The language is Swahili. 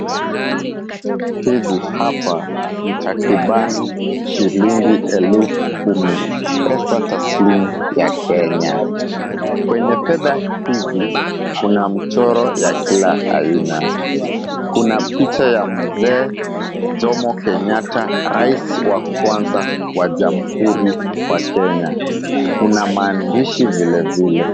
Hizi hapa ni takribani shilingi elfu kumi, pesa taslimu ya Kenya. Kwenye fedha hizi kuna mchoro ya kila aina. Kuna picha ya Mzee Jomo Kenyatta rais wa kwanza kwa jamuhuri ya Kenya. Kuna maandishi vilevile.